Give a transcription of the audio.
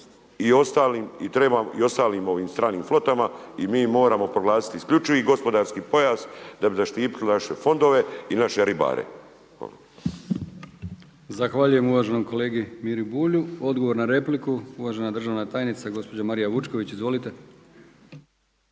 i ostalim stranim flotama i mi moramo proglasiti isključivi gospodarski pojas da bi zaštitila naše fondove i naše ribare. Hvala. **Brkić, Milijan (HDZ)** Zahvaljujem uvaženom kolegi Miri Bulju. Odgovor na repliku uvažena državna tajnica gospođa Marija Vučković. Izvolite.